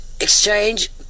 exchange